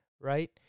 right